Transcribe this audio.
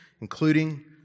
including